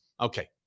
Okay